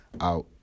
out